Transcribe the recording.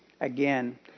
Again